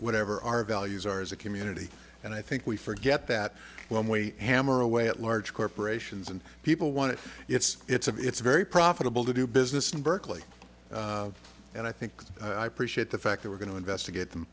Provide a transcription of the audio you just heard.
whatever our values are as a community and i think we forget that when we hammer away at large corporations and people want to it's it's of it's very profitable to do business in berkeley and i think i appreciate the fact that we're going to investigate them